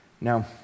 Now